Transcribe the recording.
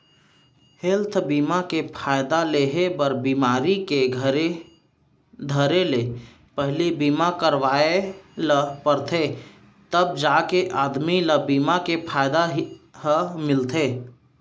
health बीमा के फायदा लेहे बर बिमारी के धरे ले पहिली बीमा करवाय ल परथे तव जाके आदमी ल बीमा के फायदा ह मिलथे